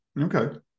Okay